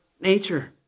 nature